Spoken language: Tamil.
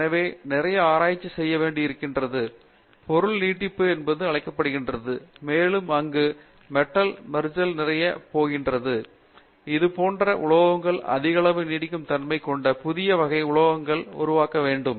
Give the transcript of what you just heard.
எனவேநிறைய ஆராய்ச்சி செய்ய வேண்டியிருக்கிறது பொருள் நீட்டிப்பு என்று அழைக்கப்படுகிறது மேலும் அங்கு மெட்டல் மெர்ச்சர்ஜி நிறையப் போகிறது இது போன்ற உலோகங்கள் அதிகளவு நீடிக்கும் தன்மை கொண்ட புதிய வகை உலோகக்கலவைகள் உருவாக்கப்பட வேண்டும்